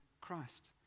Christ